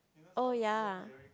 oh ya